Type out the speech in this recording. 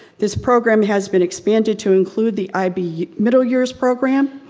this program has been expanded to include the ib middle years program.